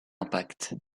impact